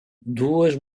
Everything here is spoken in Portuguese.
duas